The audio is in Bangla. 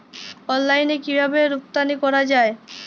অনলাইনে কিভাবে রপ্তানি করা যায়?